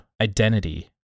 identity